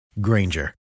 Granger